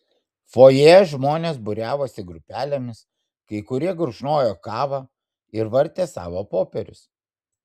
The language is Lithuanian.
fojė žmonės būriavosi grupelėmis kai kurie gurkšnojo kavą ir vartė savo popierius